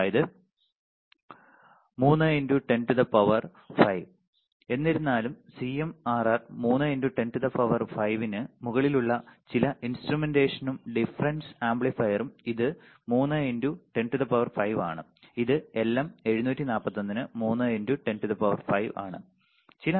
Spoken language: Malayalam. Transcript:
അതായത് 300000 എന്നിരുന്നാലും സിഎംആർആർ 300000 ന് മുകളിലുള്ള ചില ഇൻസ്ട്രുമെന്റേഷനും ഡിഫൻസ് ആംപ്ലിഫയറും ഇത് 30000 ആണ് ഇത് എൽഎം 7 4 1 ന് 30000 ആണ്